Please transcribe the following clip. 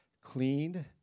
cleaned